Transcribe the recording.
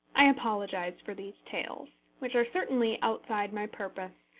i apologise for these tales, which are certainly outside my purpose,